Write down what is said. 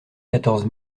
quatorze